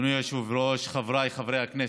אדוני היושב-ראש, חבריי חברי הכנסת,